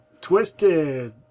Twisted